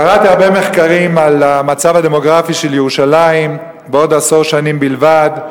קראתי הרבה מחקרים על המצב הדמוגרפי של ירושלים בעוד עשור שנים בלבד.